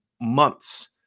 months